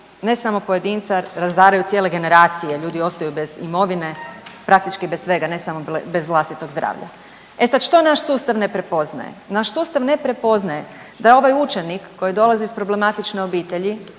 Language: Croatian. ne samo pojedinca, razaraju cijele generacije, ljudi ostaju bez imovine, praktički bez svega, ne samo bez vlastitog zdravlja. E sad što naš sustav ne prepoznaje? Naš sustav ne prepoznaje da ovaj učenik koji dolazi iz problematične obitelji